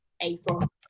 april